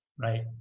Right